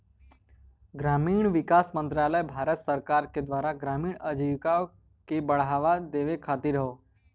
ग्रामीण विकास मंत्रालय भारत सरकार के द्वारा ग्रामीण आजीविका के बढ़ावा देवे खातिर हौ